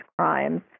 crimes